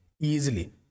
Easily